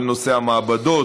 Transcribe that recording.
כל נושא המעבדות,